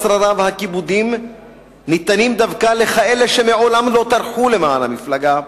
השררה והכיבודים ניתנים דווקא לכאלה שמעולם לא טרחו למען המפלגה,